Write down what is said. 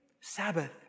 Sabbath